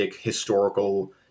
historical